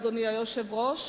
אדוני היושב-ראש,